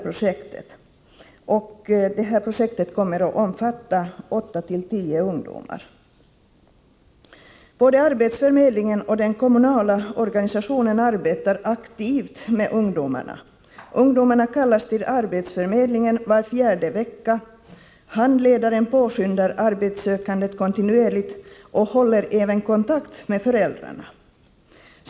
Projektet kommer att sysselsätta 8-10 ungdomar. Både arbetsförmedlingen och den kommunala organisationen arbetar aktivt med ungdomarna. Ungdomarna kallas till arbetsförmedlingen var fjärde vecka. Handledare påskyndar arbetssökandet kontinuerligt och håller också kontakt med föräldrarna.